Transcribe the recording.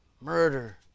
murder